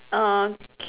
uh k~